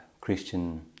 Christian